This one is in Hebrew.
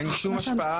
אין שום השפעה.